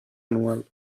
anual